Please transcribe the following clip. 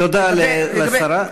תודה לשרה.